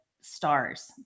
Stars